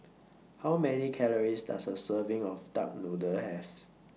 How Many Calories Does A Serving of Duck Noodle Have